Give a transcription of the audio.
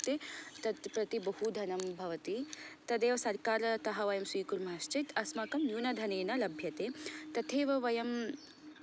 तत् प्रति बहु धनं भवति तदेव सर्कारतः वयं स्वीकुर्मः चेत् अस्माकं न्यून धनेन लभ्यते तथैव वयं